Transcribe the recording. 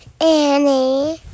Annie